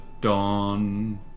dawn